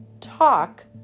Talk